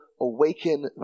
awaken